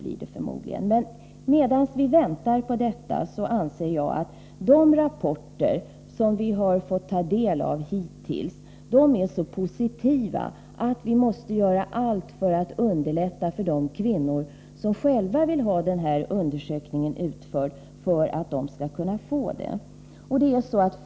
De rapporter som vi har fått ta del av hittills är så positiva att jag anser att medan vi väntar på utvärderingen måste vi göra allt för att underlätta för kvinnor som själva vill ha undersökningen utförd att få det.